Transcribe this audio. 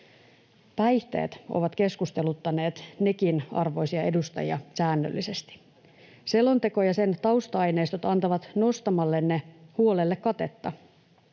Päihteet ovat nekin keskusteluttaneet arvoisia edustajia säännöllisesti. Selonteko ja sen tausta-aineistot antavat nostamallenne huolelle katetta.